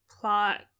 plot